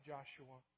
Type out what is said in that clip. Joshua